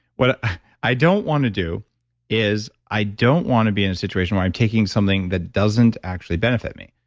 what ah i don't want to do is i don't want to be in a situation where i'm taking something that doesn't actually benefit me.